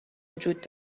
وجود